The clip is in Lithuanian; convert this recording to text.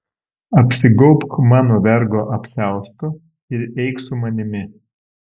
apsigaubk mano vergo apsiaustu ir eik su manimi